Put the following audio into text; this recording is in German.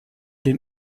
den